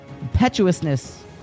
impetuousness